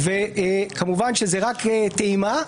וכמובן זה רק טעימה.